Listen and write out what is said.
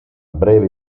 breve